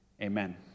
Amen